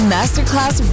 Masterclass